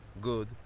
Good